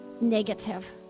negative